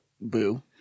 Boo